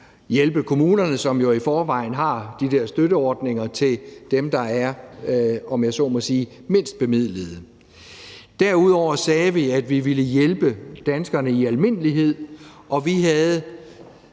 hjælpe kommunerne, som jo i forvejen har de der støtteordninger til dem, der er, om jeg så må sige, mindst bemidlede. Derudover sagde vi, at vi ville hjælpe danskerne i almindelighed, og vi havde,